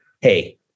Hey